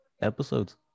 episodes